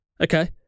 Okay